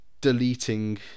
deleting